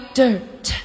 dirt